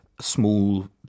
small